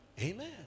Amen